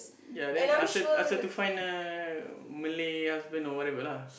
ya then ask her ask her to find a Malay husband or whatever lah